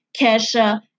Kesha